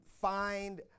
find